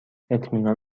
اطمینان